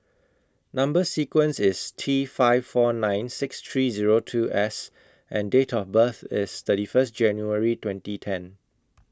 Number sequence IS T five four nine six three Zero two S and Date of birth IS thirty First January twenty ten